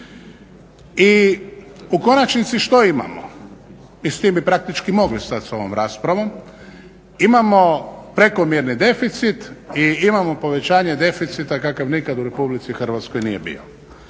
I u konačnici što imamo? I s tim bi praktički mogli stati sa ovom raspravom. Imamo prekomjerni deficit i imamo povećanje deficita kakav nikad u Republici Hrvatskoj nije bio.